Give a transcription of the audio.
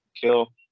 Kill